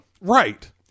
right